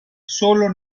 solo